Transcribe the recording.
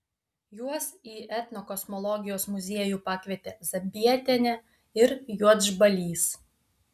juos į etnokosmologijos muziejų pakvietė zabietienė ir juodžbalys